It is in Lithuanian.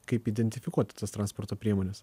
kaip identifikuoti tas transporto priemones